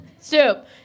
Soup